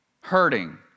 hurting